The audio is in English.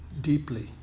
deeply